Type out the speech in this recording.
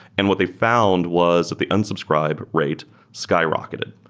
and what they found was the unsubscribe rate skyrocketed.